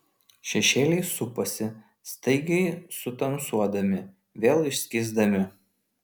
šešėliai supasi staigiai sutamsuodami vėl išskysdami